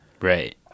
Right